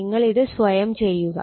നിങ്ങൾ ഇത് സ്വയം ചെയ്യുക